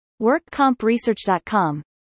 Workcompresearch.com